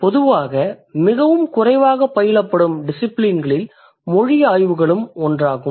பொதுவாக மிகவும் குறைவாகப் பயிலப்படும் டிசிபிலின்களில் மொழி ஆய்வுகளும் ஒன்றாகும்